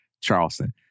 Charleston